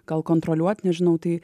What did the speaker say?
gal kontroliuot nežinau tai